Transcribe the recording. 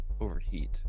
overheat